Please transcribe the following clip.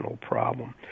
problem